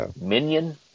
minion